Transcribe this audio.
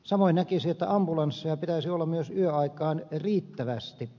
samoin näkisin että ambulansseja pitäisi olla myös yöaikaan riittävästi